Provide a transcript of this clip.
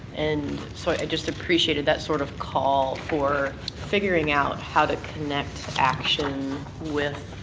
and so, i just appreciated that sort of call for figuring out how to connect action with,